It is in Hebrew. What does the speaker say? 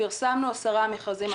פירסמנו עשרה מכרזים.